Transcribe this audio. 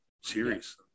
series